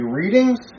readings